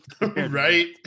Right